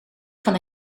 van